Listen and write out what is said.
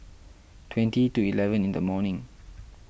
twenty to eleven in the morning